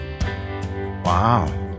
Wow